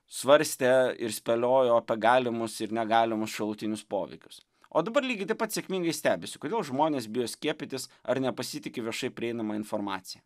svarstė ir spėliojo apie galimus ir negalimus šalutinius poveikius o dabar lygiai taip pat sėkmingai stebisi kodėl žmonės bijo skiepytis ar nepasitiki viešai prieinama informacija